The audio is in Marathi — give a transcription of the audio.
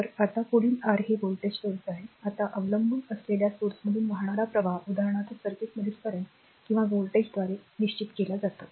तर आता पुढील r हे व्होल्टेज स्त्रोत आहे आता अवलंबून असलेल्या स्रोतामधून वाहणारा प्रवाह उदाहरणार्थ सर्किटमधील current किंवा व्होल्टेज द्वारे निश्चित केला जातो